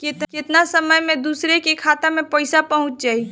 केतना समय मं दूसरे के खाता मे पईसा पहुंच जाई?